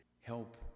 help